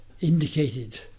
indicated